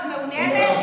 את מעוניינת?